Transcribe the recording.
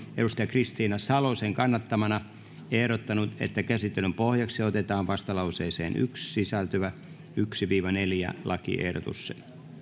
kristiina salosen kannattamana ehdottanut että käsittelyn pohjaksi otetaan vastalauseeseen yksi sisältyvät ensimmäinen viiva neljäs lakiehdotus